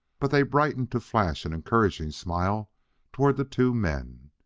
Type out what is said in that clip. but they brightened to flash an encouraging smile toward the two men.